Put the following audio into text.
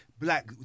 black